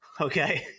Okay